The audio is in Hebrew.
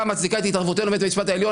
המצדיקה את התערבות בית המשפט העליון".